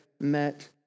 met